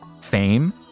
Fame